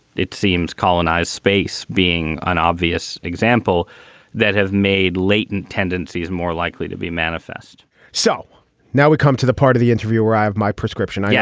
it seems, colonized space being an obvious example that have made latent tendencies more likely to be manifest so now we come to the part of the interview where i have my prescription. yeah,